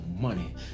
money